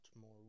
more